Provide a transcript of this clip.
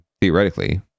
theoretically